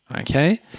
okay